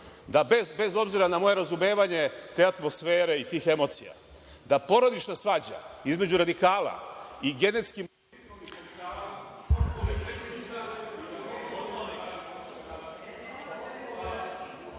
da, bez obzira na moje razumevanje te atmosfere i tih emocija, da porodična svađa između radikala i genetski